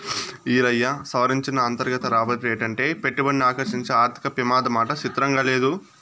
ఈరయ్యా, సవరించిన అంతర్గత రాబడి రేటంటే పెట్టుబడిని ఆకర్సించే ఆర్థిక పెమాదమాట సిత్రంగా లేదూ